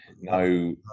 no